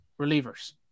relievers